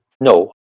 No